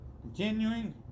Continuing